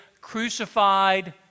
crucified